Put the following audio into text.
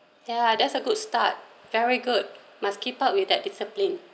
ya that's a good start very good must keep up with that discipline